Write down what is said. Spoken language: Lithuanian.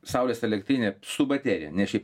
saulės elektrinė su baterija ne šiaip